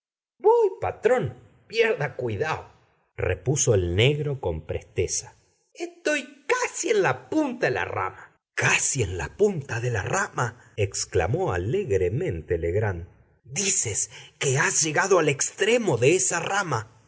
voy patrón pierda cuidao repuso el negro con presteza etoy casi en la punta de la rama casi en la punta de la rama exclamó alegremente legrand dices que has llegado al extremo de esa rama